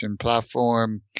platform